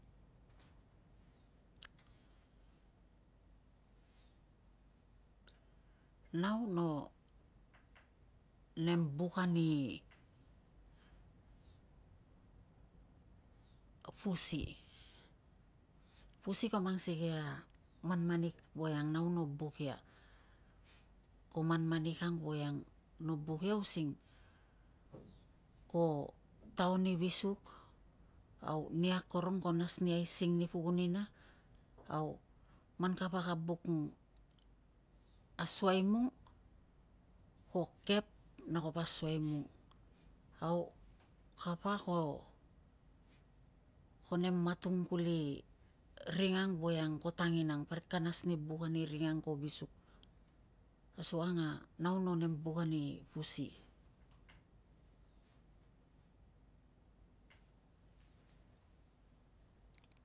Nau no nem buk ani pusi. Pusi ko mang sikei a manmanik voiang nau no buk ia. Ko manmanik ang voiang nau no buk ia using kotaua ni visuk, au nia akorong ko nas ani aising ani pukun ina, au man kapa ka buk ausai mung ko kep na kapo asuai mung. Au kapa ko nem matung kuli ring an voiang ko tanginang parik ka nas ni buk ani ring ang ko visuk, asukang a nau no nem buk ani pusi.